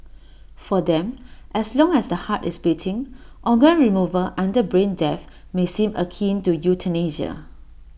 for them as long as the heart is beating organ removal under brain death may seem akin to euthanasia